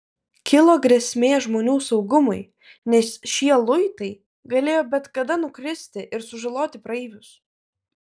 kilo grėsmė žmonių saugumui nes šie luitai galėjo bet kada nukristi ir sužaloti praeivius